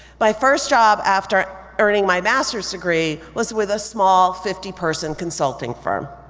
my first job after earning my master's degree was with a small fifty person consulting firm.